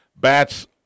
Bats